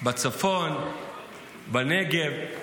בצפון ובנגב.